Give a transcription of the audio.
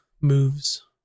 moves